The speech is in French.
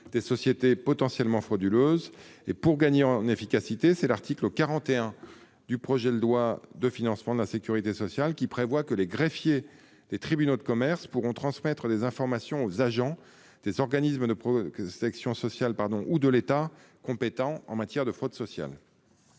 des sociétés potentiellement frauduleuses. Pour gagner en efficacité, l'article 41 du projet de loi de financement de la sécurité sociale prévoit que les greffiers des tribunaux de commerce pourront transmettre des informations aux agents des organismes de protection sociale ou aux agents de l'État qui sont compétents en matière de fraude sociale.